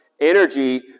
energy